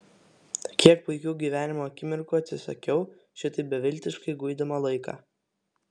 kiek puikių gyvenimo akimirkų atsisakiau šitaip beviltiškai guidama laiką